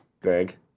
Greg